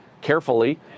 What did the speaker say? carefully